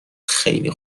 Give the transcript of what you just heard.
خیلی